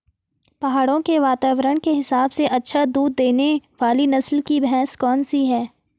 पहाड़ों के वातावरण के हिसाब से अच्छा दूध देने वाली नस्ल की भैंस कौन सी हैं?